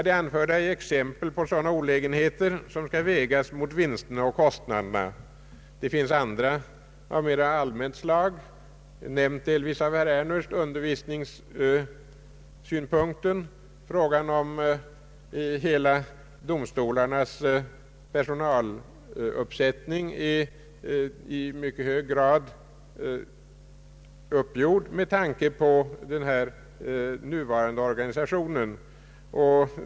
Det anförda är exempel på sådana olägenheter som skall vägas mot vinsterna och kostnaderna. Det finns andra av mer allmänt slag, nämnda delvis av herr Ernulf, såsom exempelvis undervisningssynpunkter. Dessutom är domstolarnas hela personaluppsättning i mycket hög grad uppgjord med tanke på den nuvarande organisationen.